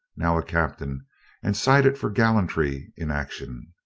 now a captain and cited for gallantry in action.